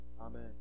Amen